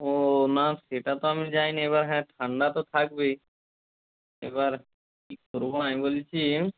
ওহ না সেটা তো আমি যাই নি এবার হ্যাঁ ঠান্ডা তো থাকবেই এবার কি কি করবো আমি বলছি